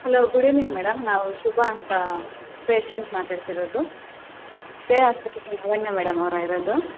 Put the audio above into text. hello good evening madam ನಾವು ಶುಭ ಅಂತ patient ಮಾತಾಡ್ತಿರೋದು ಶ್ರೇಯ ಆಸ್ಪತ್ರೆಯಿಂದ ಲಾವಣ್ಯ ಮೇಡಮ್ ಅವರಾ ಇರೋದು